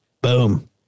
Boom